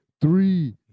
three